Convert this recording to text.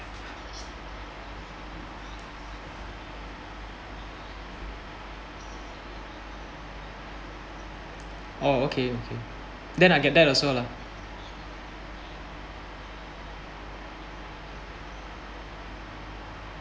orh okay okay then I get that also lah